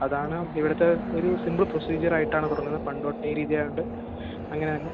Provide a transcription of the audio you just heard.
അതാണ് ഇവിടുത്തെ ഒരു സിമ്പിൾ പ്രൊസീജ്യറായിട്ടാണ് തുടങ്ങുന്നത് പണ്ട് തൊട്ടെ രീതിയായത് കൊണ്ട് അങ്ങനെ തന്നെ